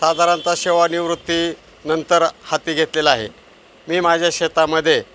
साधारणतः सेवानिवृत्तीनंतर हाती घेतलेला आहे मी माझ्या शेतामध्ये